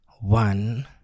one